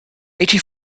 eighty